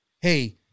hey